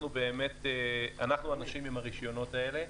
אנחנו האנשים עם הרישיונות האלה.